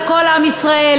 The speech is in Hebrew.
לכל עם ישראל.